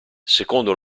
secondo